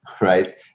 right